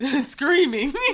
screaming